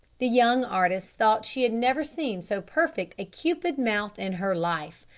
the young artist thought she had never seen so perfect a cupid mouth in her life.